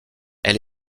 elle